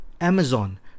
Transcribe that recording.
Amazon